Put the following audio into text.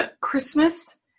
Christmas